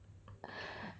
uh uh